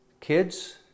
Kids